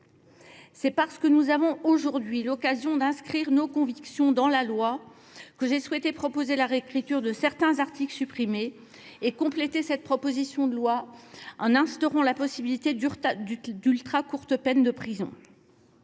C’est parce que nous avons aujourd’hui l’occasion d’inscrire nos convictions dans la loi que j’ai souhaité proposer la réécriture de certains articles supprimés et compléter cette proposition de loi en instaurant la possibilité d’ultracourtes peines de prison.